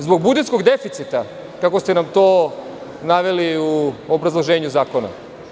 Zbog budžetskog deficita, kako ste nam to naveli u obrazloženju zakona?